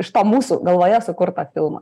iš to mūsų galvoje sukurto filmo